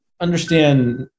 understand